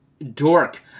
Dork